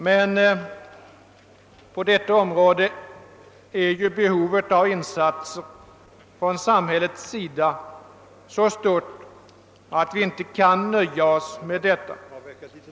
Men behovet av insatser från samhället är så stort att vi inte kan nöja oss med detta.